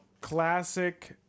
classic